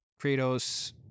Kratos